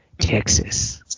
Texas